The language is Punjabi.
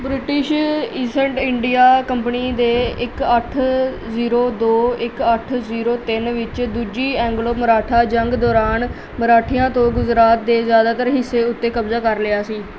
ਬ੍ਰਿਟਿਸ਼ ਈਸਟ ਇੰਡੀਆ ਕੰਪਨੀ ਦੇ ਇੱਕ ਅੱਠ ਜ਼ੀਰੋ ਦੋ ਇੱਕ ਅੱਠ ਜ਼ੀਰੋ ਤਿੰਨ ਵਿੱਚ ਦੂਜੀ ਐਂਗਲੋ ਮਰਾਠਾ ਜੰਗ ਦੌਰਾਨ ਮਰਾਠਿਆਂ ਤੋਂ ਗੁਜਰਾਤ ਦੇ ਜ਼ਿਆਦਾਤਰ ਹਿੱਸੇ ਉੱਤੇ ਕਬਜ਼ਾ ਕਰ ਲਿਆ ਸੀ